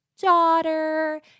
daughter